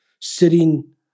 sitting